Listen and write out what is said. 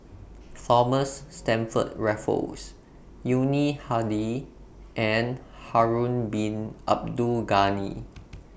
Thomas Stamford Raffles Yuni Hadi and Harun Bin Abdul Ghani